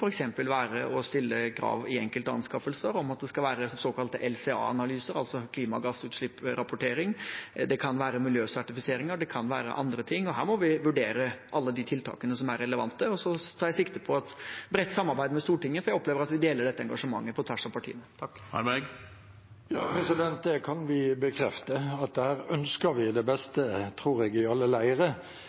være å stille krav i enkeltanskaffelser om at det skal være såkalte LCA-analyser, altså klimagassutslippsrapportering, det kan være miljøsertifiseringer, og det kan være andre ting. Her må vi vurdere alle de tiltakene som er relevante, og så tar jeg sikte på et bredt samarbeid med Stortinget, for jeg opplever at vi deler dette engasjementet på tvers av partiene. Det kan vi bekrefte: Der ønsker vi det beste, tror jeg, i alle leire.